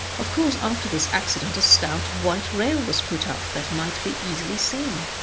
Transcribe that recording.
of course after this accident a stout white rail was put up that might be easily seen,